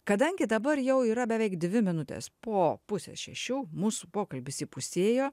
kadangi dabar jau yra beveik dvi minutės po pusės šešių mūsų pokalbis įpusėjo